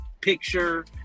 picture